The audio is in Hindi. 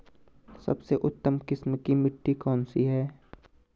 सबसे उत्तम किस्म की मिट्टी कौन सी है?